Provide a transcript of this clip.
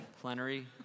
Plenary